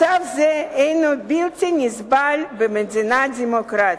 מצב זה הוא בלתי נסבל במדינה דמוקרטית.